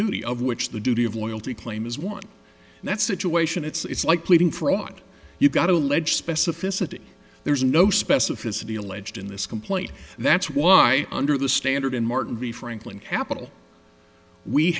duty of which the duty of loyalty claim is one that situation it's like pleading fraud you've got to allege specificity there's no specificity alleged in this complaint that's why under the standard in martin the franklin capital we